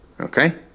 okay